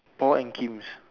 Paul and Kim's